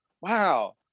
wow